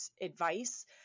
advice